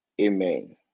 Amen